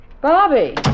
Bobby